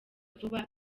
vuba